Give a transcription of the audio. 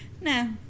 no